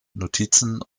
notizen